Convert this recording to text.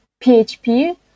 PHP